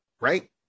right